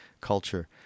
culture